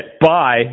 Bye